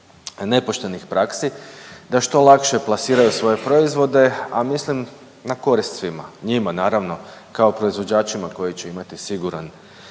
nepoštenih praksi, da što lakše plasiraju svoje proizvode, a mislim na korist svima. Njima naravno kao proizvođačima koji će imati siguran